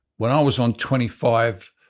when i was on twenty five,